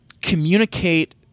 communicate